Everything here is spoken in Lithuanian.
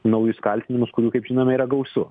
naujus kaltinimus kurių kaip žinome yra gausu